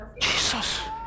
Jesus